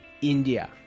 India